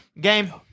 Game